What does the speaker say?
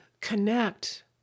connect